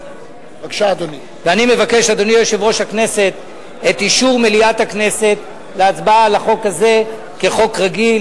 את אישור מליאת הכנסת להצבעה על החוק הזה כחוק רגיל,